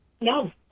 No